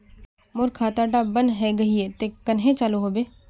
मोर खाता डा बन है गहिये ते कन्हे चालू हैबे?